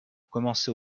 commencée